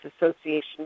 association